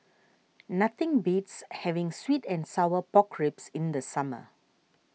nothing beats having Sweet and Sour Pork Ribs in the summer